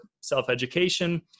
self-education